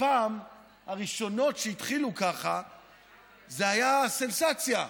פעם, עם הראשונות שהתחילו ככה זו הייתה סנסציה,